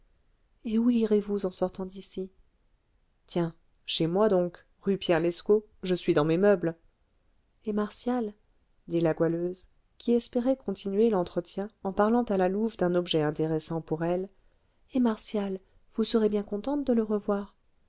et où irez-vous en sortant d'ici tiens chez moi donc rue pierre lescot je suis dans mes meubles et martial dit la goualeuse qui espérait continuer l'entretien en parlant à la louve d'un objet intéressant pour elle et martial vous serez bien contente de le revoir